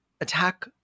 Attack